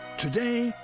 today,